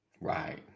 Right